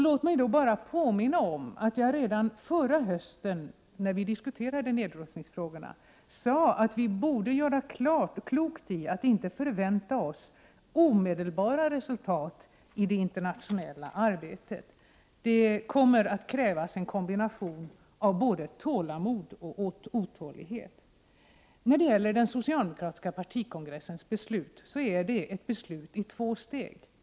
Låt mig bara påminna om att jag redan förra hösten, när vi diskuterade nedrustningsfrågorna, sade att vi gjorde klokt i att inte förvänta oss omedelbara resultat i det internationella arbetet. Det kommer att krävas en kombination av både tålamod och otålighet. Den socialdemokratiska partikongressens beslut är ett beslut i två steg.